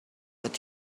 but